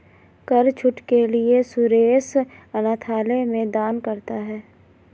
कर छूट के लिए सुरेश अनाथालय में दान करता है